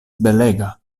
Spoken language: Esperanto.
belega